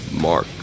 mark